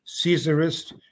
caesarist